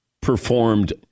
performed